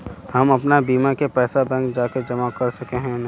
हम अपन बीमा के पैसा बैंक जाके जमा कर सके है नय?